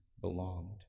belonged